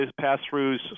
pass-throughs